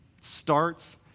starts